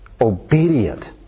obedient